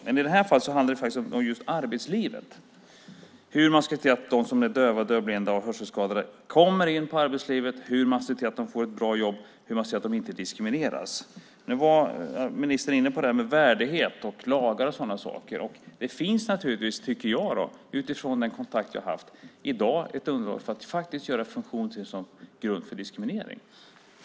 Men i det här fallet handlar det om arbetslivet, hur man ska se till att de som är döva, dövblinda och hörselskadade kommer in i arbetslivet, hur man ser till att de får ett bra jobb, hur man ser till att de inte diskrimineras. Ministern var inne på värdighet, lagar och sådana saker. Det finns i dag, tycker jag utifrån den kontakt jag har haft, ett underlag för att göra funktionshinder till grund för diskriminering.